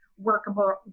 workable